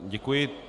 Děkuji.